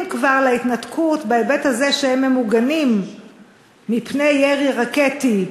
כבר להתנתקות בהיבט הזה שהם ממוגנים מפני ירי רקטי,